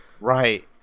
Right